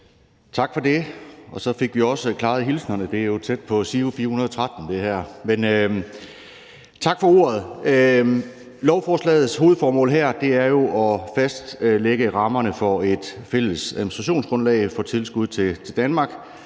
Tak for det, og så fik vi også klaret hilsnerne – det her er jo tæt på Giro 413. Tak for ordet. Lovforslagets hovedformål er jo at fastlægge rammerne for et fælles administrationsgrundlag for tilskud til Danmark